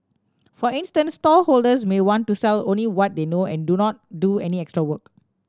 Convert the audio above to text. for instance stallholders may want to sell only what they know and do not do any extra work